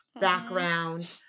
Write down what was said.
Background